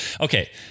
Okay